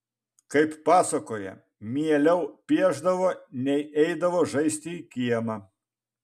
kaip pasakoja mieliau piešdavo nei eidavo žaisti į kiemą